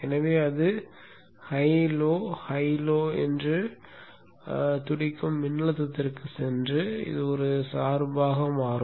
எனவே அது high low high low துடிக்கும் மின்னழுத்தத்திற்குச் சென்று இது ஒரு சாப்பராக மாறும்